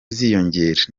ziyongera